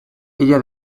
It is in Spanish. ella